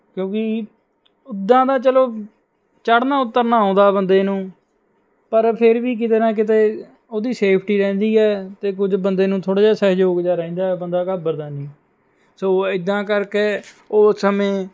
ਕਿਉਂਕਿ ਉੱਦਾਂ ਤਾਂ ਚਲੋ ਚੜ੍ਹਨਾ ਉੱਤਰਨਾ ਆਉਂਦਾ ਬੰਦੇ ਨੂੰ ਪਰ ਫੇਰ ਵੀ ਕਿਤੇ ਨਾ ਕਿਤੇ ਉਹਦੀ ਸੇਫ਼ਟੀ ਰਹਿੰਦੀ ਹੈ ਅਤੇ ਕੁਝ ਬੰਦੇ ਨੂੰ ਥੋੜ੍ਹਾ ਜਿਹਾ ਸਹਿਯੋਗ ਜਿਹਾ ਰਹਿੰਦਾ ਬੰਦਾ ਘਬਰਾਉਂਦਾ ਨਹੀਂ ਸੋ ਇੱਦਾਂ ਕਰਕੇ ਉਹ ਸਮੇਂ